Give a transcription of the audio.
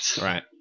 Right